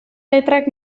letrak